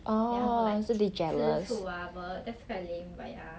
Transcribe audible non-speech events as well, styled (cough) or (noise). then 他们 like (noise) 吃醋 whatever that's quite lame but ya